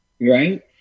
right